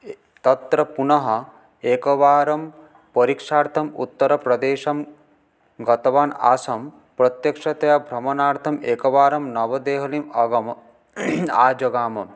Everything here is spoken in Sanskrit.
तत्र पुनः एकवारं परीक्षार्थम् उत्तरप्रदेशं गतवान् आसं प्रत्यक्षतया भ्रमणार्थम् एकवारं नवदेहलीम् आगम् आजगाम